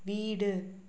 வீடு